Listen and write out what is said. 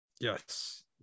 Yes